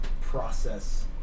process